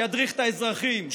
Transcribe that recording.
שידריך את האזרחים,